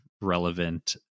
relevant